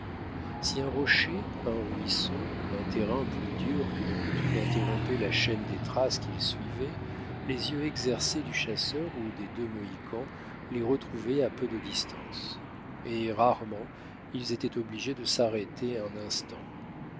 si un rocher un ruisseau un terrain plus dur que de coutume interrompaient la chaîne des traces qu'ils suivaient les yeux exercés du chasseur ou des deux mohicans les retrouvaient à peu de distance et rarement ils étaient obligés de s'arrêter un instant